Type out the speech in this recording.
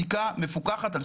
ומדויק על